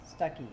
Stuckey